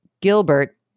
Gilbert